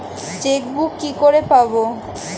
Chequebook কি করে পাবো?